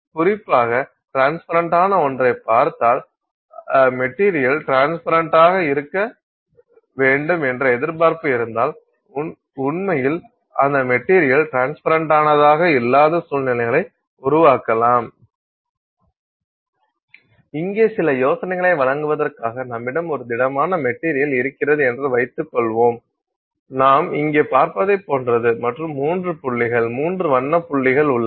குறிப்பாக ட்ரான்ஸ்பரன்டான ஒன்றைப் பார்த்தால் மெட்டீரியல் ட்ரான்ஸ்பரன்டாக இருக்க வேண்டும் என்ற எதிர்பார்ப்பு இருந்தால் உண்மையில் அந்த மெட்டீரியல் ட்ரான்ஸ்பரன்டானதாக இல்லாத சூழ்நிலைகளை உருவாக்கலாம் இங்கே சில யோசனைகளை வழங்குவதற்காக நம்மிடம் ஒரு திடமான மெட்டீரியல் இருக்கிறது என்று வைத்துக்கொள்வோம் நாம் இங்கே பார்ப்பதைப் போன்றது மற்றும் 3 புள்ளிகள் 3 வண்ண புள்ளிகள் உள்ளன